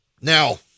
Now